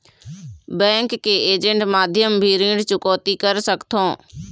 Bank के agent माध्यम भी ऋण चुकौती कर सकथों?